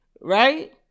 right